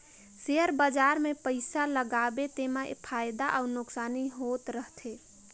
share बजार मे पइसा लगाबे तेमा फएदा अउ नोसकानी होत रहथे